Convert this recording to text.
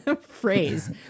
phrase